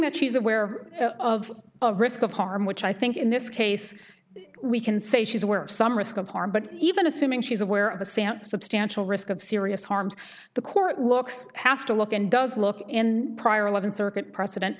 that she's aware of of risk of harm which i think in this case we can say she's aware of some risk of harm but even assuming she's aware of a sample substantial risk of serious harms the court looks has to look and does look in prior th circuit precedent